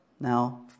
Now